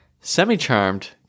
semi-charmed